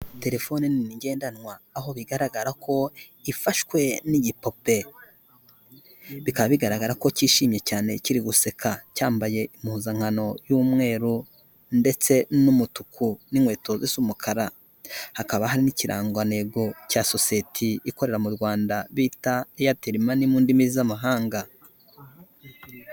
Telefoni ngendanwa, aho bigaragara ko ifashwe n'igipupe. Bikaba bigaragara ko cyishimye cyane kiri guseka, cyambaye impuzankano y'umweru ndetse n'umutuku n'inkweto zisa umukara. Hakaba hari n'ikirangantego cya sosiyete ikorera mu Rwanda bita Airtel Money mu ndimi z'amahanga.